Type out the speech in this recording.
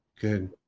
Good